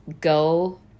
go